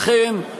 לכן,